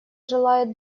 желает